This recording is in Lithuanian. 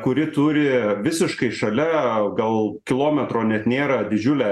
kuri turi visiškai šalia gal kilometro net nėra didžiulę